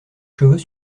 cheveux